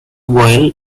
boil